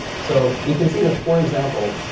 so you can see that, for example,